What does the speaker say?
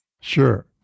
Sure